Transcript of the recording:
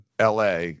LA